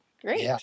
great